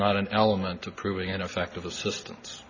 not an element of proving ineffective assistance